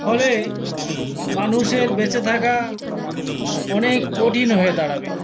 ফলে মানুষের বেঁচে থাকা অনেক কঠিন হয়ে দাঁড়াবে